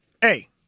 hey